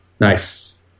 Nice